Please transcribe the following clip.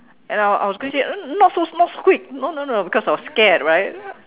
and I I was going say not so not so quick no no no because I was scared right